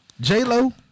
J-Lo